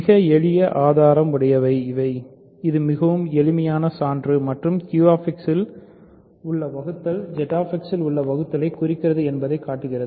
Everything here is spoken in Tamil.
மிக எளிய ஆதாரம் உடையவை இது மிகவும் எளிமையான சான்று மற்றும் QX இல் உள்ள வகுத்தல் Z X இல் உள்ள வகுத்தலை குறிக்கிறது என்பதைக் காட்டுகிறது